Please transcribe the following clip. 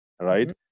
right